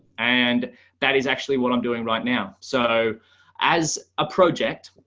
and that is actually what i'm doing right now. so as a project,